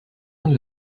uns